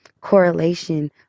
correlation